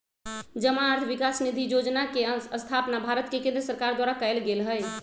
जमा अर्थ विकास निधि जोजना के स्थापना भारत के केंद्र सरकार द्वारा कएल गेल हइ